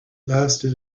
lasted